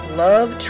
love